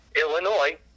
Illinois